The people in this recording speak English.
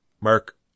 Mark